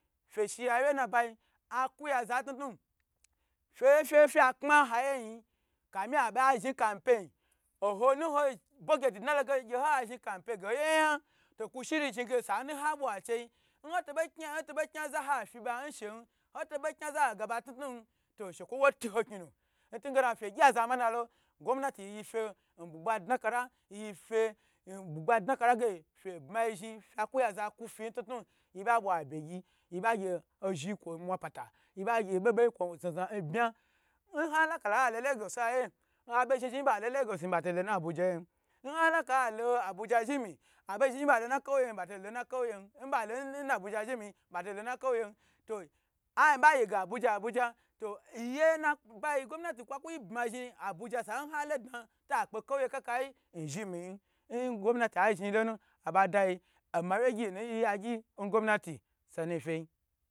Fishi yawye nabayi akuya za n tnu tnu fe fakma haye yin kafi abe zhni campan oho budget dna lo ge gye ha zhni compan ge hoye yan to kushi zhin ge sawi ha bwa chei nhoto bo kni nho to bo kni za ha fibo nshen nhotobo kni za ha ga ba tnu tnu to shekwo wo tuho kni nu nugena fe gye za manalo gomnati ye fe n budgba ln kala yife nbugba dna kala ge fe bma yi zhni fe ku ya za kufina tnu tnu ye ba bwa abge gyi yiba gye ozhni kwo mwa pata yi ba gye boboyi k wo zna zna nbma nhala kala halo lagos n hayiye abo zhni zhni nba lo lagos yin ba tolo na abuja yen n halaka halo n abuja zhmi abo zhni zhni bo lo na kowuyeyin ba to lolo na kauyen abo zhni ba lo abuja zhi miyin bato lolona kowyen to ay ba yi ge abuja abuja yeyi nabayi gomnati kwaku yi bma zhni abuja nabayi sa ha lo du ta kpe kowye kakayi nzhnmiyin n gomnati zhni ye lonu abodyi oma wye gyi nu nyeya gyi n gomnati sonu fei.